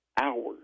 hours